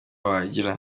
wagira